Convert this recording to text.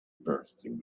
bursting